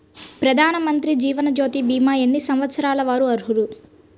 ప్రధానమంత్రి జీవనజ్యోతి భీమా ఎన్ని సంవత్సరాల వారు అర్హులు?